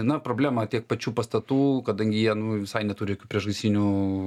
na problema tiek pačių pastatų kadangi jie nu visai neturi jokių priešgaisrinių